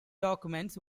documents